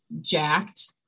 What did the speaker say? jacked